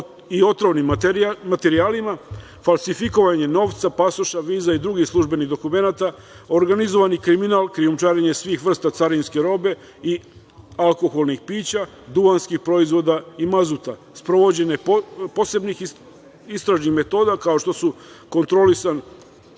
i otrovnim materijama, falsifikovanje novca, pasoša, viza i drugih službenih dokumenata, organizovani kriminal, krijumčarenje svih vrsta carinske robe i alkoholnih pića, duvanskih proizvoda i mazuta. Sprovođenje posebnih istražnih metoda kao što su kontrolisana